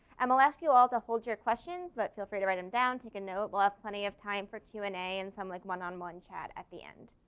and we'll ask you all to hold your questions but feel free to write them and down, take a note we'll have plenty of time for q and a and some like, one on one chat at the end.